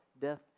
death